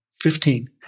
Fifteen